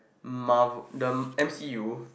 Marvel the M_C_U